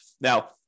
Now